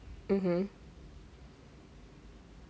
mmhmm